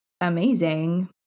amazing